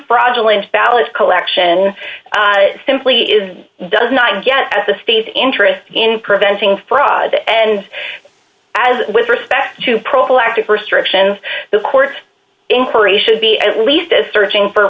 fraudulent ballots collection simply is does not get as the state interest in preventing fraud and as with respect to prophylactic st directions the courts incur a should be at least as searching for